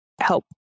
help